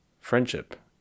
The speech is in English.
friendship